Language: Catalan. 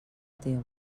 teu